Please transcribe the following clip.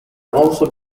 also